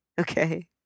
Okay